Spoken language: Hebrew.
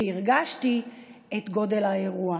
והרגשתי את גודל האירוע.